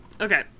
okay